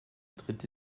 dritte